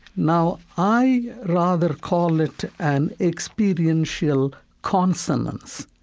now, i rather call it an experiential consonance.